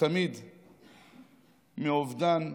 שתמיד מאובדן,